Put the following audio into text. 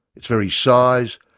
its very size,